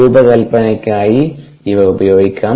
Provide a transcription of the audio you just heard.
രൂപകൽപ്പനക്കായി ഇവ ഉപയോഗിക്കാം